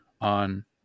on